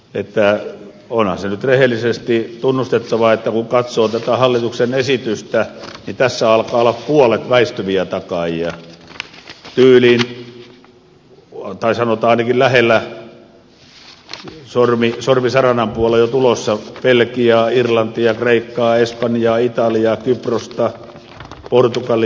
onhan se nyt rehellisesti tunnustettava että kun katsoo tätä hallituksen esitystä niin tässä alkaa olla tyyliin puolet väistyviä takaajia tai sanotaan ainakin lähellä sormi saranan puolella jo tulossa belgia irlanti kreikka espanja italia kypros portugali jnp